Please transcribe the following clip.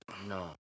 no